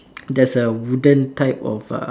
there's a wooden type of uh